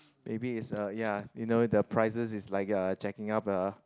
maybe it's a ya you know the prices is like uh jacking up uh